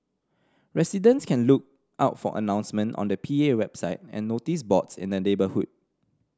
residents can look out for announcements on the P A website and notice boards in the neighbourhood